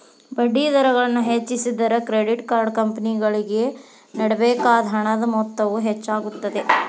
ಬಡ್ಡಿದರಗಳನ್ನು ಹೆಚ್ಚಿಸಿದರೆ, credit card ಕಂಪನಿಗಳಿಗೆ ನೇಡಬೇಕಾದ ಹಣದ ಮೊತ್ತವು ಹೆಚ್ಚಾಗುತ್ತದೆ